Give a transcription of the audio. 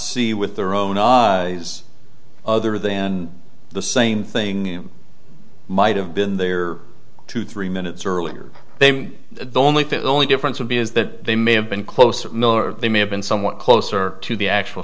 see with their own eyes other than the same thing might have been there two three minutes earlier they were the only thing the only difference would be is that they may have been closer miller they may have been somewhat closer to the actual